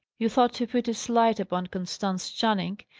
you thought to put a slight upon constance channing,